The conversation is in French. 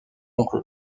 oncle